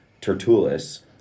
Tertullus